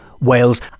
Wales